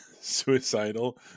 suicidal